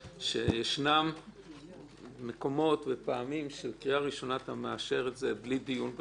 שיש מקומות ופעמים שקריאה ראשונה אתה מאשר את זה בלי דיון בכלל,